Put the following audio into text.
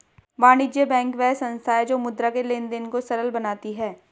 वाणिज्य बैंक वह संस्था है जो मुद्रा के लेंन देंन को सरल बनाती है